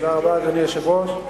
תודה רבה, אדוני היושב-ראש.